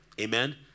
amen